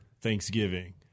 Thanksgiving